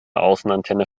außenantenne